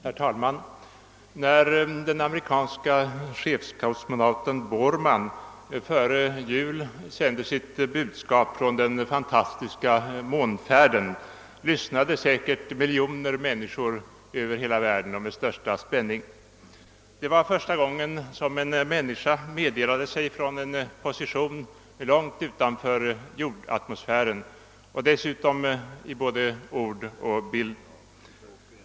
Herr talman! När den amerikanske chefsastronauten Borman i julas sände sitt budskap från den fantastiska månfärden lyssnade säkert miljoner människor över hela världen med största spänning. Det var första gången som en människa meddelade sig från en position långt utanför jordatmosfären och dessutom direkt i både ord och bild.